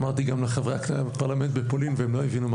אמרתי את זה גם לחברי הפרלמנט בפולין אבל הם לא הבינו מה